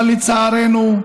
אבל לצערנו,